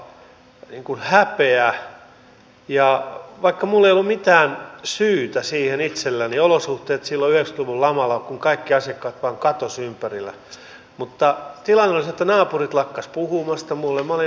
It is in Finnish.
siihen liittyvät tietenkin nämä ictt ja siihen panostetaan tähän digitalisointiin että nämä systeemit keskustelevat keskenään tieto kulkee sekä työnantajista työn tarjoajista että työn vastaanottajista että tämä on joustavaa ja selkeää